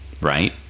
Right